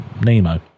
Nemo